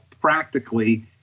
practically